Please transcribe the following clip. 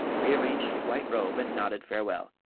rearranged his white robe and nodded farewell.